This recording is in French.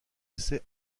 essais